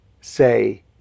say